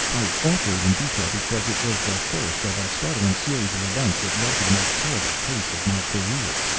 i offer it in detail because it was the first of a startling series of events that led to the most terrible case of my career.